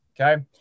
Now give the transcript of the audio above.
Okay